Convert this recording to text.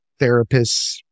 therapists